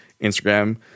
Instagram